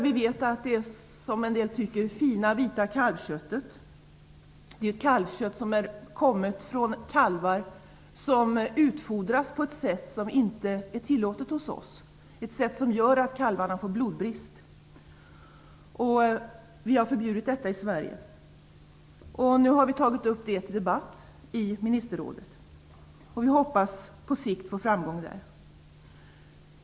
Vi vet att det, som en del tycker, fina vita kalvköttet är kommet från kalvar som utfodrats på ett sätt som inte är tillåtet hos oss, ett sätt som gör att kalvarna får blodbrist. Vi har förbjudit det i Sverige. Nu har vi tagit upp det till debatt i ministerrådet, och vi hoppas på sikt få framgång där.